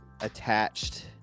attached